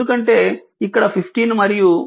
ఇది ఎందుకంటే ఇక్కడ 15 మరియు